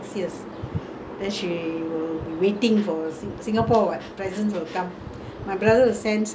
my brother will send saris and make-up things all you know but my father will take all those and go and sell make money